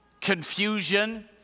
confusion